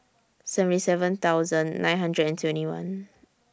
seventy seven thousand nine hundred and twenty one